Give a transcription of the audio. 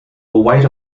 wait